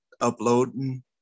uploading